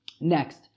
Next